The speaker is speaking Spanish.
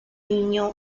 niño